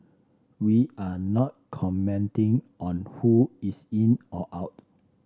we are not commenting on who is in or out